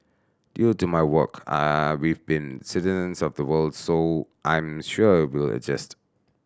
due to my work I we've been citizens of the world so I'm sure we'll adjust